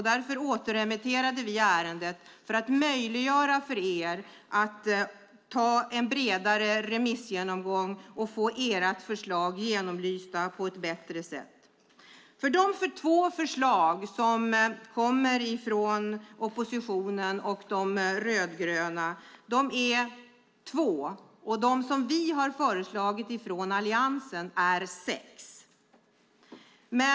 Därför återremitterade vi ärendet för att möjliggöra för er att göra en bredare remissgenomgång och få era förslag genomlysta på ett bättre sätt. Det är två förslag som kommer från oppositionen och de rödgröna. Vi från Alliansen har sex förslag.